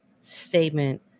statement